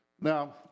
Now